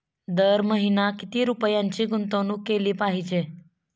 दर महिना किती रुपयांची गुंतवणूक केली पाहिजे?